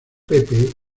pepe